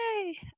Yay